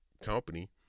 company